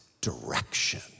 direction